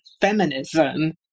feminism